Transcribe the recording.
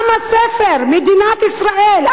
עם הספר, מדינת ישראל.